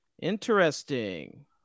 Interesting